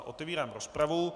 Otevírám rozpravu.